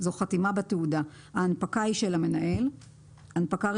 זה לא צריך להיות המנהל רשאי?